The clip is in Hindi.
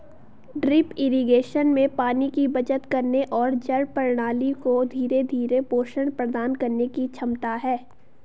ड्रिप इरिगेशन में पानी की बचत करने और जड़ प्रणाली को धीरे धीरे पोषण प्रदान करने की क्षमता है